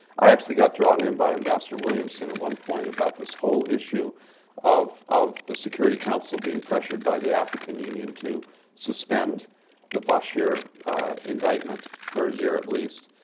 i actually got drawn in by ambassador williamson at one point about this whole issue of of the security council being pressured by the african union to suspend the bashir indictment for a year at least.